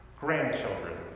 Grandchildren